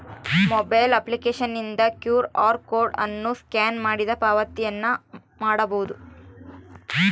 mobile ಅಪ್ಲಿಕೇಶನ್ನಿಂದ Q R code ಅನ್ನು scan ಮಾಡಿ ಪಾವತಿಯನ್ನ ಮಾಡಬೊದು